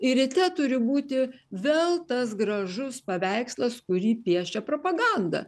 ir ryte turi būti vėl tas gražus paveikslas kurį piešia propaganda